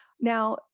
Now